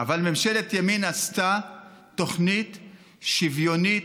אבל ממשלת ימין עשתה תוכנית שוויונית,